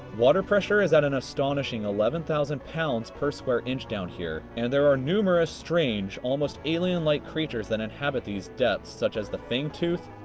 water pressure is at an astonishing eleven thousand pounds per square inch down here. and there are numerous strange, almost alien like creatures that inhabit these depths, such as the fing tooth,